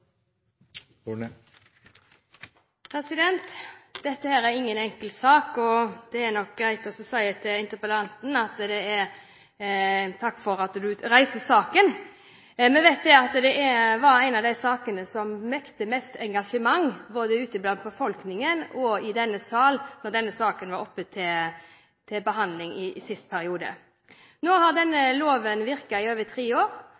nok greit å si til interpellanten: Takk for at du reiste saken. Vi vet at det var en av de sakene som møtte mest engasjement, både ute i befolkningen og i denne sal, da denne saken var oppe til behandling i siste periode. Nå har denne loven virket i over tre år,